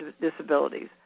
disabilities